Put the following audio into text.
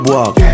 Walk